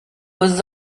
was